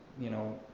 you know,